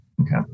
Okay